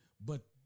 But-